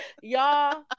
y'all